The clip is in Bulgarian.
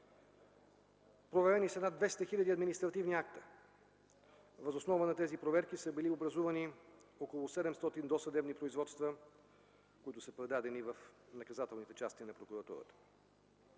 Проверени са над 200 хиляди административни акта. Въз основа на тези проверки са били образувани около 700 досъдебни производства, които са предадени в наказателните части на прокуратурата.